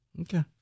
Okay